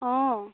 অঁ